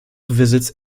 visits